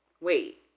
Wait